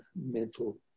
mental